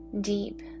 deep